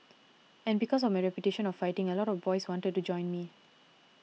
and because of my reputation of fighting a lot of boys wanted to join me